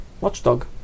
watchdog